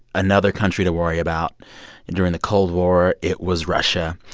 another country to worry about. and during the cold war, it was russia.